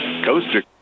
Coaster